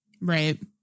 right